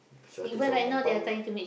shortage of manpower